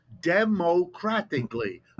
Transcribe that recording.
democratically